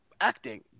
acting